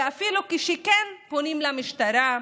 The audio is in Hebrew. ואפילו כשכן פונים למשטרה,